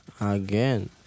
again